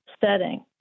setting